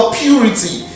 purity